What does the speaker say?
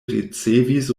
ricevis